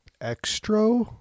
extra